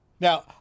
Now